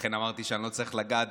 לכן אמרתי שאני לא צריך לגעת